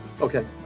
Okay